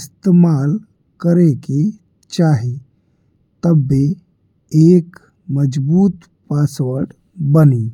इस्तेमाल करे के चाही, तबे एक मजबूत पासवर्ड बनी।